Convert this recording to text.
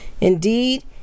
Indeed